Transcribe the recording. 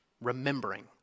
remembering